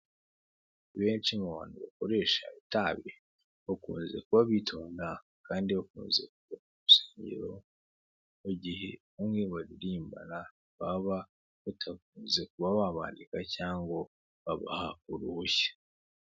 Benshi mu bantu bakoresha itabi, bakunze kuba bitonda kandi bakunze kubaha, mugihe nk'iyo baririmbana baba batakunze kuba babandika cyangwa babaha uruhushya.